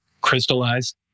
crystallized